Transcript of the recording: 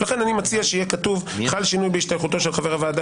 לכן אני מציע שיהיה כתוב: "חל שינוי בהשתייכותו של חבר הוועדה